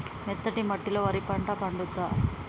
మెత్తటి మట్టిలో వరి పంట పండుద్దా?